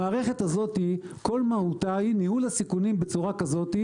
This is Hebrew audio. המערכת הזאת כל מהותה היא ניהול סיכונים בצורה כזאת,